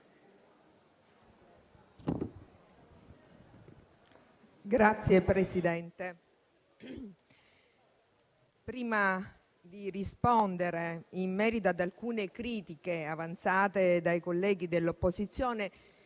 colleghi, prima di rispondere in merito ad alcune critiche avanzate dai colleghi dell'opposizione,